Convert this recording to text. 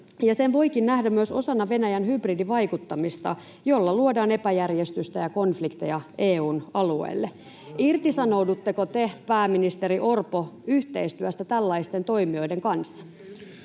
sen voikin nähdä myös osana Venäjän hybridivaikuttamista, jolla luodaan epäjärjestystä ja konflikteja EU:n alueelle. Irtisanoudutteko te, pääministeri Orpo, yhteistyöstä tällaisten toimijoiden kanssa?